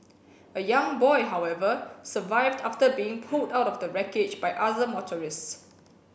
a young boy however survived after being pulled out of the wreckage by other motorists